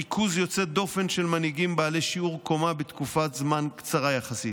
ריכוז יוצא דופן של מנהיגים בעלי שיעור קומה בתקופת זמן קצרה יחסית.